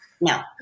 No